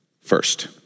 First